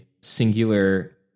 singular